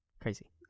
Crazy